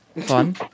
fun